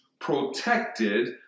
protected